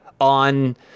on